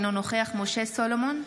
אינו נוכח משה סולומון,